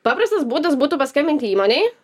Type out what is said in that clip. paprastas būdas būtų paskambinti įmonei